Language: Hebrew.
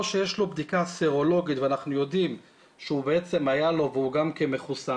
או שיש לו בדיקה סרולוגית ואנחנו יודעים שבעצם היה לו והוא גם כן מחוסן,